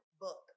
book